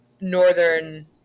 northern